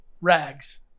rags